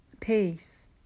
peace